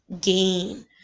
gain